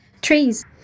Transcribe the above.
trees